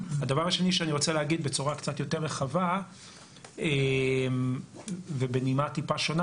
הדבר השני שאני רוצה להגיד בצורה קצת יותר רחבה ובנימה טיפה שונה,